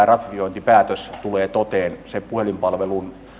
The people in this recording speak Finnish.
ratifiointipäätös tulee toteen sen puhelinpalvelun